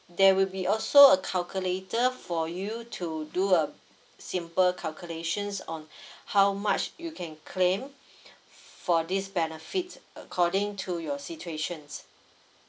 there will be also a calculator for you to do a simple calculations on how much you can claim for this benefit according to your situations